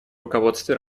руководстве